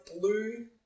blue